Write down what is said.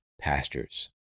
pastures